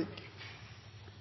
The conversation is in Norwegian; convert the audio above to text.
i.